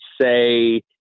say